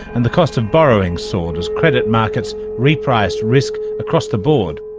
and the cost of borrowing soared as credit markets repriced risk across the board.